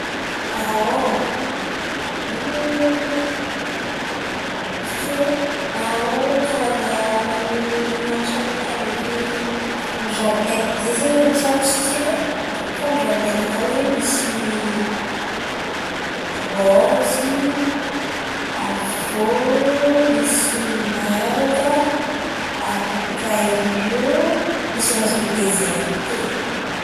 Ino izy teo in̈y? Karazan̈a ràha maniry an-trano-nakà ndraiky amin'ny zardian. Izahay zen̈y an-trano tsisy edy e, fa amin'ny zardain-nakà ao zen̈y misy rôzy, avy eo misy manga, abôkà eo misy rôzy didezera, telo.